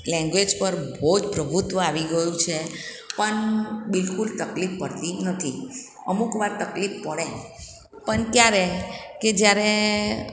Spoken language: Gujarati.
લેંગ્વેજ પર બહુ જ પ્રભુત્વ આવી ગયું છે પણ બિલ્કુલ તકલીફ પડતી નથી અમુક વાર તકલીફ પડે પણ ક્યારે કે જ્યારે